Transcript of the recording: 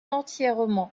entièrement